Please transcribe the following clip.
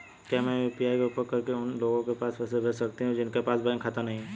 क्या मैं यू.पी.आई का उपयोग करके उन लोगों के पास पैसे भेज सकती हूँ जिनके पास बैंक खाता नहीं है?